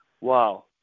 Wow